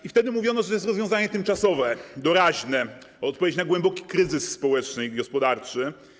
I wtedy mówiono, że jest rozwiązanie tymczasowe, doraźne, odpowiedź na głęboki kryzys społeczny i gospodarczy.